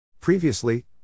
Previously